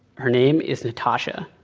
her name is natasha,